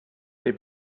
they